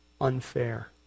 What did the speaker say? unfair